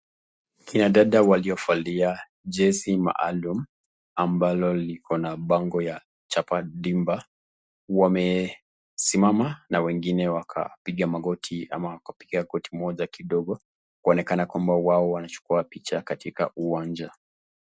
Kina dada waliovalia jezi maalum amalo liko na bango ya chapa dimba wamesimama na wengine wakapiga magoti ama wapiga koti moja kidogo kuonekana kwamba wao wanachukua picha katika uwanja.